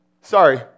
Sorry